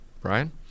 Brian